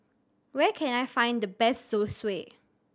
where can I find the best Zosui